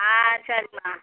ஆ சரிம்மா